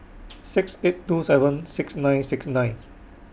six eight two seven six nine six nine